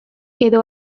edo